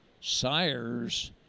sires